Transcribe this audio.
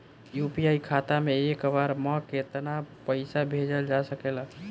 UPI खाता से एक बार म केतना पईसा भेजल जा सकेला?